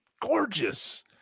gorgeous